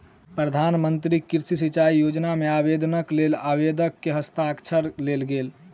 प्रधान मंत्री कृषि सिचाई योजना मे आवेदनक लेल आवेदक के हस्ताक्षर लेल गेल